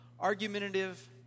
argumentative